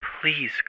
Please